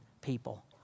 people